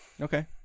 Okay